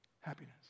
happiness